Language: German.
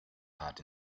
hart